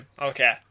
Okay